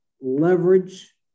leverage